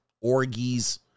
orgies